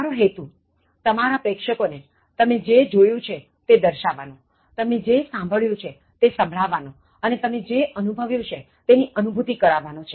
તમારો હેતુ તમારા પ્રેક્ષકો ને તમે જે જોયું છે તે દર્શાવવાનો તમે જે સાંભળ્યું છે તે સંભળાવવાનો અને તમે જે અનુભવ્યું છે તેની અનુભૂતિ કરાવવાનો છે